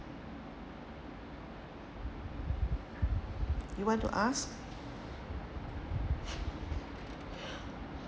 you want to ask